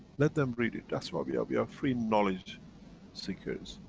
let them read it. ah so we we are free knowledge seekers.